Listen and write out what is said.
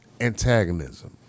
antagonism